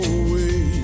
away